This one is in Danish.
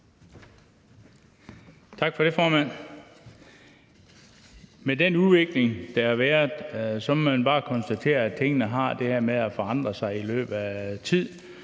Tak for det, formand. Med den udvikling, der har været, må man bare konstatere, at tingene har det med at forandre sig over tid.